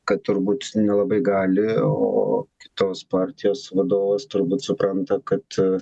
kad turbūt nelabai gali o kitos partijos vadovas turbūt supranta kad